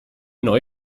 neu